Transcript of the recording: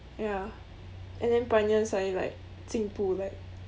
ya and then pioneer suddenly like 进步 like